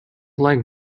like